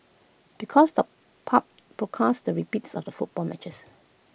because the pubs broadcast the repeats of the football matches